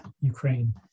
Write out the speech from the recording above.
Ukraine